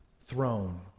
throne